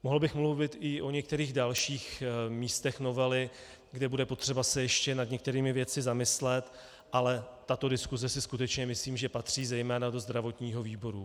Mohl bych mluvit i o některých dalších místech novely, kde bude potřeba se ještě nad některými věcmi zamyslet, ale tato diskuse si skutečně myslím, že patří zejména do zdravotního výboru.